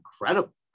incredible